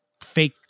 fake